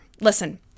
Listen